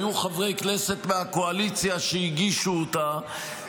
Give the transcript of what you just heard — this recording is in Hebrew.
היו חברי כנסת מהקואליציה שהגישו אותה,